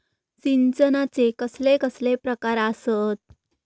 सिंचनाचे कसले कसले प्रकार आसत?